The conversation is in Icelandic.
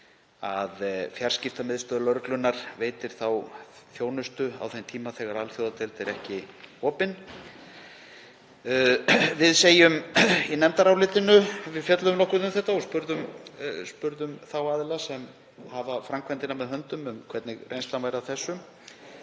að fjarskiptamiðstöð lögreglunnar veitir þjónustu á þeim tíma þegar alþjóðadeild er ekki opin. Við í nefndinni fjölluðum nokkuð um þetta og spurðum þá aðila sem hafa framkvæmdina með höndum um hvernig reynslan væri af þessu